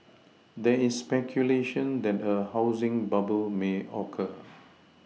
there is speculation that a housing bubble may occur